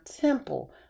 temple